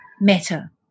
matter